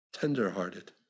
tenderhearted